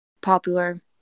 popular